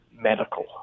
medical